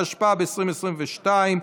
התשפ"ב 2022,